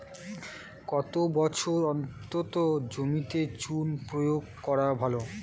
কত বছর অন্তর জমিতে চুন প্রয়োগ করা ভালো?